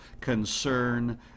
concern